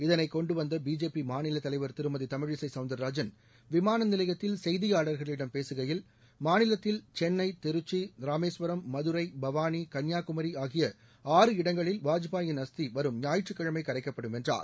இதனை கொண்டு வந்த பிஜேபி மாநில தலைவர் திருமதி தமிழிசை சவுந்தரராஜன் விமான நிலையத்தில் செய்தியாளர்களிடம் பேசுகையில் மாநிலத்தில் சென்னை திருக்சி ராமேஸ்வரம் மதுரை பவானி கள்னியாகுமி ஆகிய ஆறு இடங்களில் வாஜ்பேயியின் அஸ்தி வரும் ஞாயிற்றுக்கிழமை கரைக்கப்படும் என்றார்